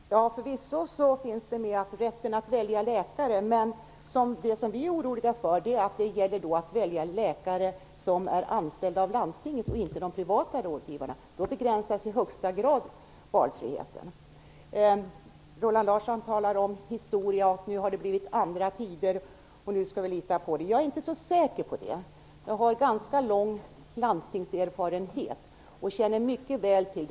Herr talman! Förvisso finns rätten att välja läkare med. Men vad vi är oroliga för är att det då gäller att välja en läkare som är anställd av landstinget och inte de privata rådgivarna. Då begränsas valfriheten i högsta grad. Roland Larsson talar om historia, att det nu har blivit andra tider och att vi nu skall lita på det. Jag är inte så säker på det. Jag har ganska lång landstingserfarenhet och känner mycket väl till förhållandena.